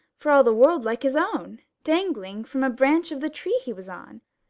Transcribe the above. for all the world like his own, dangling from a branch of the tree he was on.